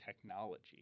technology